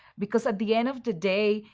because at the end of the day,